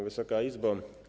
Wysoka Izbo!